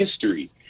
history